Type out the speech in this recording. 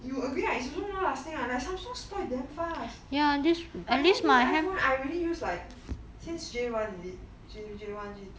you agree right it's also more lasting right like Samsung spoil damn fast but then this iPhone I already use like since J one is it J_J one J two